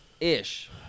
ish